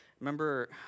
remember